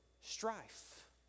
strife